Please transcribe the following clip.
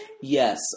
Yes